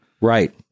right